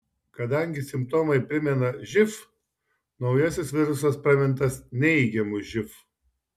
kadangi simptomai primena živ naujasis virusas pramintas neigiamu živ